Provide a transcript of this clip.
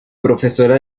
profesora